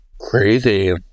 Crazy